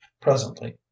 Presently